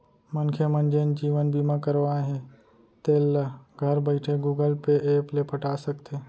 मनखे मन जेन जीवन बीमा करवाए हें तेल ल घर बइठे गुगल पे ऐप ले पटा सकथे